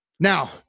Now